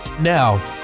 Now